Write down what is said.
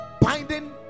Binding